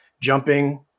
jumping